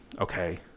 Okay